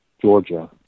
Georgia